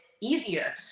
easier